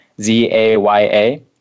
Z-A-Y-A